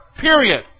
Period